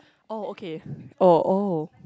oh okay oh oh